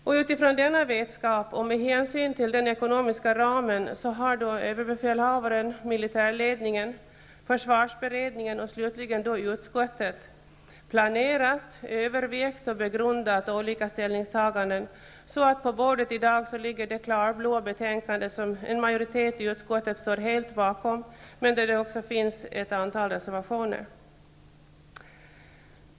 På basis av denna vetskap och med hänsyn till den ekonomiska ramen har överbefälhavaren och militärledningen, försvarsberedningen och slutligen då utskottet planerat, övervägt och begrundat olika ställningstaganden, så att det på bordet i dag ligger det klarblå betänkande som en majoritet i utskottet står helt bakom, men där det också finns ett antal reservationer.